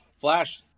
Flash